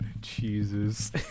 Jesus